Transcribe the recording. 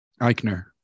Eichner